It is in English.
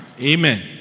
Amen